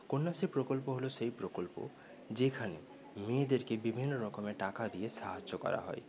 কন্যাশ্রী প্রকল্প হল সেই প্রকল্প যেখানে মেয়েদেরকে বিভিন্ন রকমের টাকা দিয়ে সাহায্য করা হয়